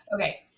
Okay